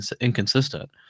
inconsistent